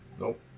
Nope